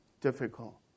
difficult